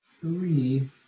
three